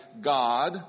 God